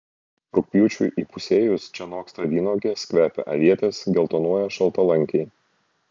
rugpjūčiui įpusėjus čia noksta vynuogės kvepia avietės geltonuoja šaltalankiai